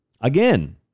Again